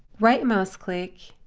right mouse click,